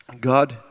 God